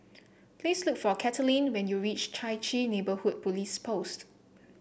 please look for Kathaleen when you reach Chai Chee Neighbourhood Police Post